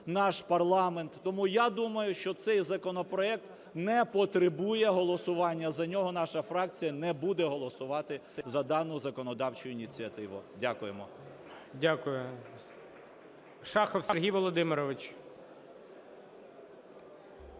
наш парламент. Тому, я думаю, що цей законопроект не потребує голосування за нього, наша фракція не буде голосувати за дану законодавчу ініціативу. Дякуємо.